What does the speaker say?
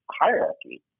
hierarchy